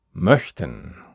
Möchten